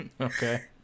Okay